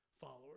followers